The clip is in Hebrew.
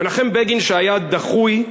מנחם בגין, שהיה דחוי,